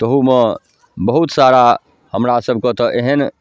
ताहुमे बहुत सारा हमरा सबके तऽ एहन